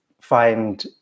find